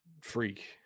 freak